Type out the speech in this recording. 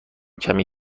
کمی